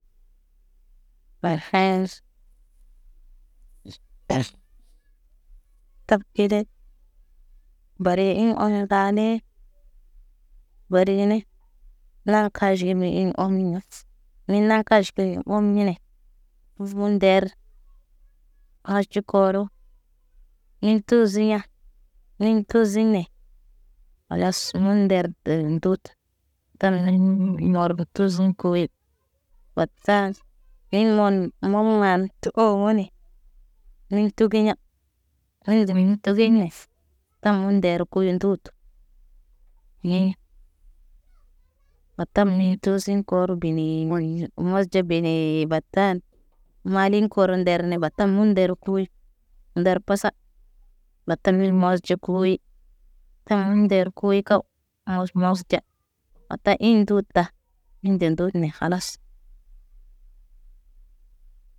Nan hẽs, is ĩf tab ide. Mbare iɲ oɲõ saani. Badi gene, na kajime iɲ omiɲat, min naŋg kaj kile om ɟine, uzbun nder. Haʃi koro, iŋg tuuziɲa, iŋg tuzine. Khalas munder ndut, tant hiɲ inorbo tut tuzuŋg koyet batan. Iŋg mon, mom maan tə omo ne, miltukuɲa, hay zimiŋg talga ines, tam iŋg nder kuyi nduut. Hiɲe ɲe, batan mi tosi koro binii wone mas ɟa benee batan, maalin koro nder ne batan mun nder kuyu. Nder pasa batan, mil mosɟo kuyi, taŋg mi nder kuyu kaw, ãwosɟa mawusɟa, batan iŋg ndut ta, min nde ndo tene khalas.